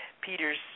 Peter's